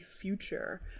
future